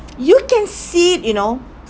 you can see it you know